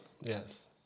Yes